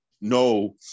no